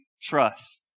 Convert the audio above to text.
trust